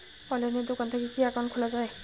অনলাইনে দোকান থাকি কি একাউন্ট খুলা যায়?